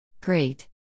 Great